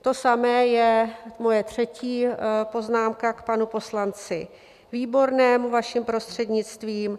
To samé je moje třetí poznámka k panu poslanci Výbornému, vaším prostřednictvím.